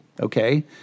Okay